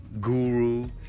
Guru